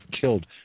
killed